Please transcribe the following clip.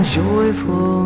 joyful